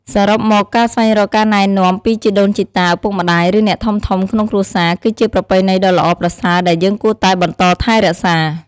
សរុបមក ការស្វែងរកការណែនាំពីជីដូនជីតា ឪពុកម្ដាយ ឬអ្នកធំៗក្នុងគ្រួសារ គឺជាប្រពៃណីដ៏ល្អប្រសើរដែលយើងគួរតែបន្តថែរក្សា។